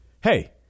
Hey